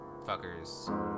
fuckers